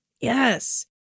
Yes